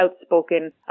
outspoken